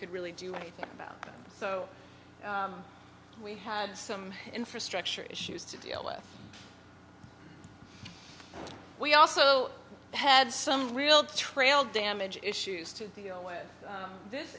could really do anything about them so we had some infrastructure issues to deal with we also had some real trail damage issues to deal with this